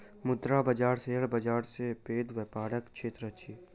मुद्रा बाजार शेयर बाजार सॅ पैघ व्यापारक क्षेत्र अछि